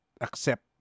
accept